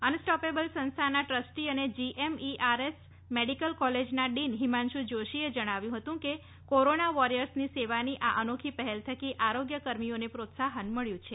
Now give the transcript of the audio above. unstoppable સંસ્થાનાં trustee અને GME RS medical કોલેજનાં ડીન હિમાંશુ જોષી એ જણાવ્યું હતું કે કોરોના વોરીયર્સની સેવાની આ અનોખી પહેલ થકી આરોગ્ય કર્મીઓ પ્રોત્સાહન મબ્યું છે